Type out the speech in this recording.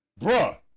bruh